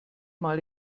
mal